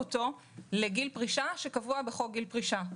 אותו לגיל פרישה שקבוע בחוק גיל פרישה.